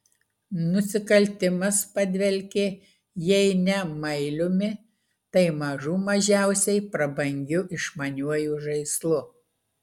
nusikaltimas padvelkė jei ne mailiumi tai mažų mažiausiai prabangiu išmaniuoju žaislu